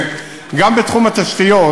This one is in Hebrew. גם בתחום התשתיות,